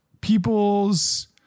people's